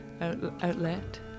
Outlet